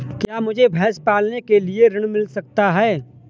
क्या मुझे भैंस पालने के लिए ऋण मिल सकता है?